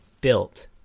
built